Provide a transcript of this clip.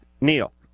Neil